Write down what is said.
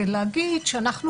ולהגיד שאנחנו,